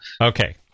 Okay